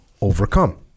overcome